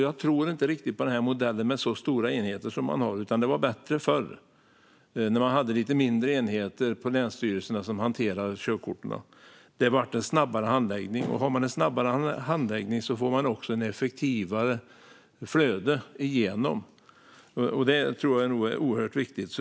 Jag tror inte riktigt på modellen med stora enheter, utan det var bättre förr när det var lite mindre enheter på länsstyrelserna som hanterade körkorten. Det var en snabbare handläggning, och har man en snabbare handläggning får man också ett effektivare flöde. Det tror jag är oerhört viktigt.